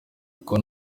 kuko